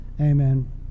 Amen